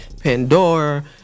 pandora